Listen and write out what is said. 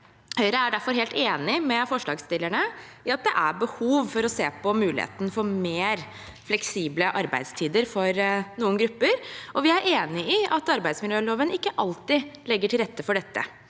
Høyre er derfor helt enig med forslagsstillerne i at det er behov for å se på muligheten for mer fleksible arbeidstider for noen grupper, og vi er enig i at arbeidsmiljøloven ikke alltid legger til rette for dette.